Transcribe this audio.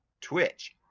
Twitch